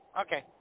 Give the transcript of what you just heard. okay